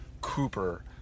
Cooper